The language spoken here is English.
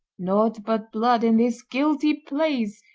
naught but blood in this guilty place,